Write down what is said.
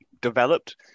developed